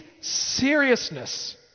seriousness